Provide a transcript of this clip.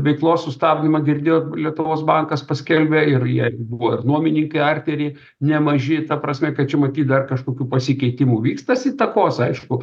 veiklos sustabdymą girdėjot lietuvos bankas paskelbė ir jie buvo ir nuomininkai artery nemaži ta prasme kad čia matyt dar kažkokių pasikeitimų vyks tas įtakos aišku